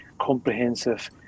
comprehensive